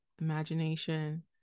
imagination